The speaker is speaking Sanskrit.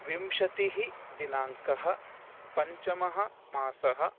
विंशतिः दिनाङ्कः पञ्चमः मासः